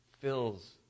fills